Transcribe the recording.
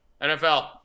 NFL